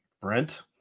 Brent